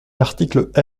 article